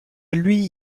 lui